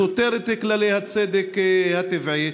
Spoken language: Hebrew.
סותר את כללי הצדק הטבעי.